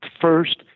First